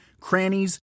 crannies